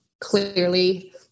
clearly